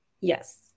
Yes